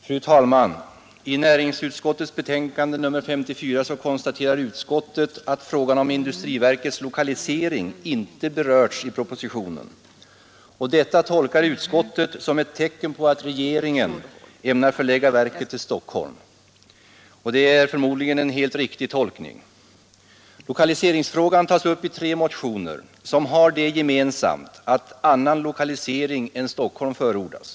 Fru talman! I näringsutskottets betänkande nr 54 konstaterar utskottet att frågan om industriverkets lokalisering inte berörts i propositionen. Detta tolkar utskottet som ett tecken på att regeringen ämnar förlägga verket till Stockholm. Det är förmodligen en helt riktig tolkning. Lokaliseringsfrågan tas upp i tre motioner, som har det gemensamt att annan lokalisering än Stockholm förordas.